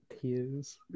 Tears